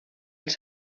els